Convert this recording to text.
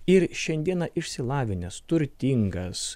ir šiandieną išsilavinęs turtingas